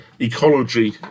ecology